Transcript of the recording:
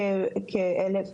כ-1,800